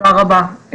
תודה רבה.